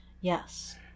Yes